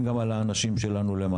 שדיבר על הנושא של השארת הצעירים לגור